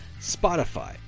Spotify